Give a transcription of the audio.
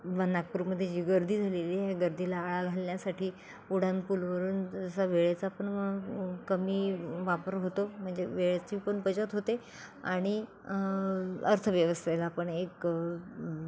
व नागपूरमध्ये जी गर्दी झालेली आहे ह्या गर्दीला आळा घालण्यासाठी उढानपूलवरून जसा वेळेचा पण कमी वापर होतो म्हणजे वेळेची पण बचत होते आणि अर्थव्यवस्थेला पण एक